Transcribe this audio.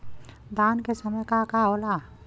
धान के समय का का होला?